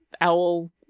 owl